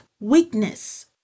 weakness